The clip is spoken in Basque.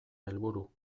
helburu